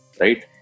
right